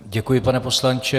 Děkuji, pane poslanče.